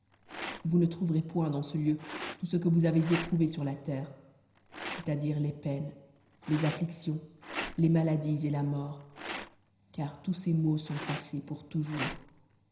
vous ne trouverez point dans ce lieu tout ce vous avez éprouvé sur la terre cet dire les peines lions les maladies et la mort t ar tous ces maux sont passés pour t oujou